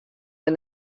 dêr